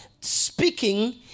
speaking